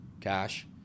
cash